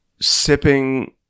sipping